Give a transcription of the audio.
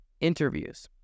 interviews